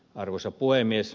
arvoisa puhemies